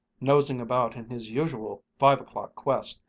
nosing about in his usual five-o'clock quest,